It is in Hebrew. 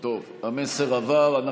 טוב, המסר עבר.